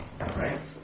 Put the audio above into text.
right